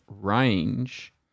range –